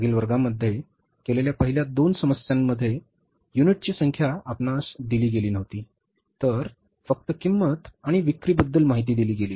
मागील वर्गामध्ये केलेल्या पहिल्या दोन समस्यांमधे युनिट्सची संख्या आपणास दिली गेली नव्हती तर फक्त किंमत आणि विक्रीबद्दल माहिती दिली गेली